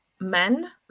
men